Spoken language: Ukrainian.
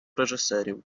режисерів